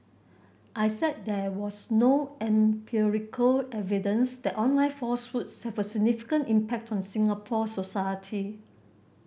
I said there was no empirical evidence that online falsehoods have a significant impact on Singapore society